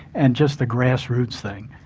and just the grass roots thing,